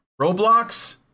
roblox